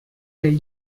del